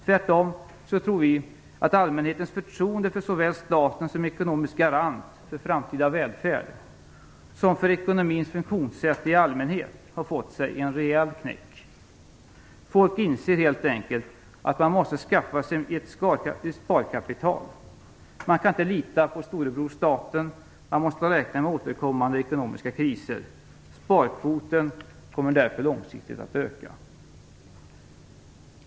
Tvärtom tror vi att allmänhetens förtroende för såväl staten som ekonomisk garant för framtida välfärd, som för ekonomins funktionssätt i allmänhet, har fått sig en rejäl knäck. Folk inser helt enkelt att man måste skaffa sig ett sparkapital. Man kan inte lita på storebror staten. Man måste räkna med återkommande ekonomiska kriser. Sparkvoten kommer därför långsiktigt att öka!